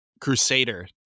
crusader